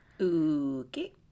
Okay